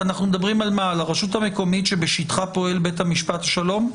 אנחנו מדברים על הרשות המקומית שבשטחה פועל בית משפט השלום?